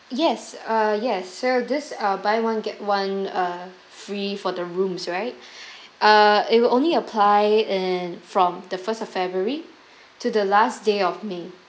yes uh yes so this uh buy one get one uh free for the rooms right err it will only apply and from the first of february to the last day of may